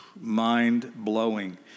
mind-blowing